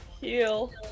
heal